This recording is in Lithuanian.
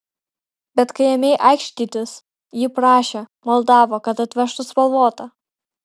bet kai ėmei aikštytis ji prašė maldavo kad atvežtų spalvotą